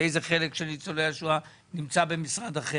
איזה חלק של ניצולי השואה נמצא במשרד אחר.